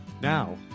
now